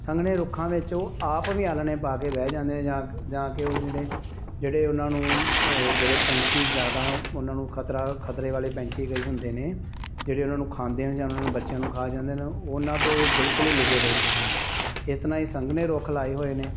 ਸੰਘਣੇ ਰੁੱਖਾਂ ਵਿੱਚ ਉਹ ਆਪ ਵੀ ਆਲ੍ਹਣੇ ਪਾ ਕੇ ਬਹਿ ਜਾਂਦੇ ਨੇ ਜਾਂ ਜਾਂ ਕੇ ਉਹ ਜਿਹੜੇ ਜਿਹੜੇ ਉਹਨਾਂ ਨੂੰ ਜਿਹੜੇ ਪੰਛੀ ਜ਼ਿਆਦਾ ਉਹਨਾਂ ਨੂੰ ਖ਼ਤਰਾ ਖ਼ਤਰੇ ਵਾਲੇ ਪੰਛੀ ਕਈ ਹੁੰਦੇ ਨੇ ਜਿਹੜੇ ਉਹਨਾਂ ਨੂੰ ਖਾਂਦੇ ਹਨ ਜਾਂ ਉਹਨਾਂ ਨੂੰ ਬੱਚਿਆਂ ਨੂੰ ਖਾ ਜਾਂਦੇ ਨੇ ਉਹ ਉਹਨਾਂ ਤੋਂ ਬਿਲਕੁਲ ਹੀ ਲੁਕੇ ਰਹਿੰਦੇ ਹਨ ਇਸ ਤਰ੍ਹਾਂ ਅਸੀਂ ਸੰਘਣੇ ਰੁੱਖ ਲਾਏ ਹੋਏ ਨੇ